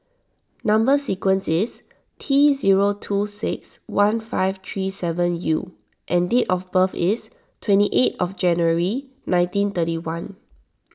Number Sequence is T zero two six one five three seven U and date of birth is twenty eight of January nineteen thirty one